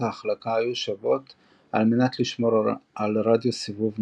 ההחלקה היו שוות וזאת על מנת לשמור על רדיוס סיבוב נתון.